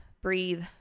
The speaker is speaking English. breathe